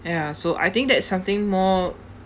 ya so I think that is something more